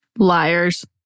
Liars